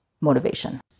motivation